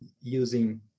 using